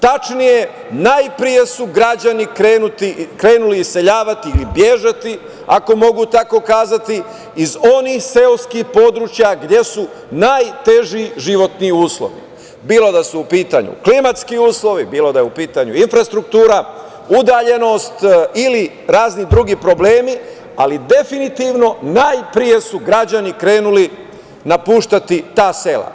Tačnije, najpre su građani krenuli iseljavati ili bežati, ako mogu tako kazati, iz onih seoskih područja gde su najteži životni uslovi, bilo da su u pitanju klimatski uslovi, bilo da je u pitanju infrastruktura, udaljenost ili razni drugi problemi, ali definitivno najpre su građani krenuli napuštati ta sela.